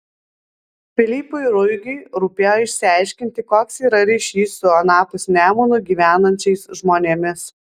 pilypui ruigiu rūpėjo išsiaiškinti koks yra ryšys su anapus nemuno gyvenančiais žmonėmis